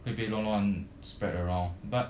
会被乱乱 spread around but